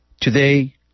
Today